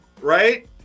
right